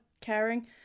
caring